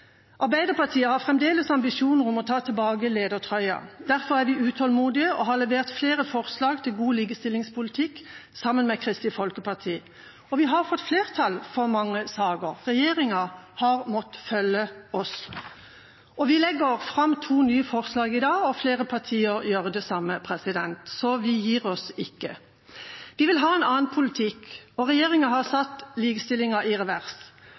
Arbeiderpartiet har fremdeles ambisjoner om å ta tilbake ledertrøya. Derfor er vi utålmodige og har levert flere forslag til god likestillingspolitikk sammen med Kristelig Folkeparti. Vi har fått flertall for mange saker, regjeringa har måttet følge oss. Vi legger fram to nye forslag i dag, og flere partier gjør det samme, så vi gir oss ikke. Vi vil ha en annen politikk. Regjeringa har satt likestillingen i revers